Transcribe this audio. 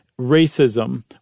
racism